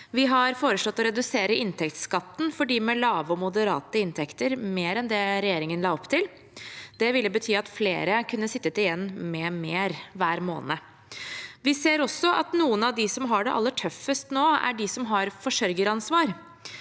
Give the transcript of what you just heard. Vi har foreslått å redusere inntektsskatten for dem med lave og moderate inntekter mer enn det regjeringen la opp til. Det ville betydd at flere kunne sittet igjen med mer hver måned. Vi ser også at noen av dem som har det aller tøffest nå, er de som har forsørgeransvar.